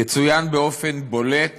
יציין באופן בולט